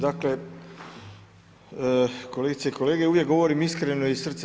Dakle, kolegice i kolege, uvijek govorim iskreno i iz srca.